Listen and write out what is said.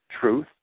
Truth